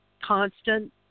constant